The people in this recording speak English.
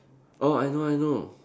oh I know I know